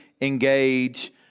engage